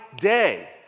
day